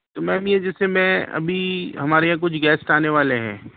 تو میم یہ جیسے میں ابھی ہمارے یہاں کچھ گیسٹ آنے والے ہیں